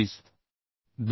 तर 125